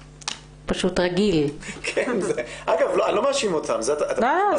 אני לא מאשים אותם, זה התפקיד שלהם.